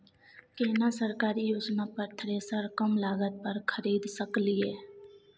केना सरकारी योजना पर थ्रेसर कम लागत पर खरीद सकलिए?